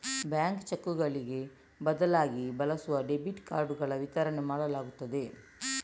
bank ಚೆಕ್ಕುಗಳಿಗೆ ಬದಲಿಯಾಗಿ ಬಳಸಲು ಡೆಬಿಟ್ ಕಾರ್ಡುಗಳ ವಿತರಣೆ ಮಾಡಲಾಗುತ್ತದೆ